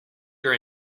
your